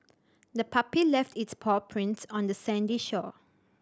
the puppy left its paw prints on the sandy shore